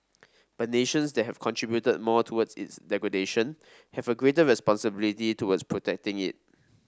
but nations that have contributed more towards its degradation have a greater responsibility towards protecting it